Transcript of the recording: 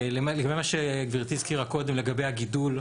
לגבי מה שגברתי הזכירה קודם לגבי הגידול,